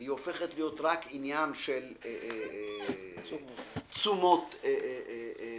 היא הופכת להיות רק עניין של תשומות בלבד.